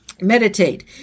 Meditate